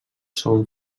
segon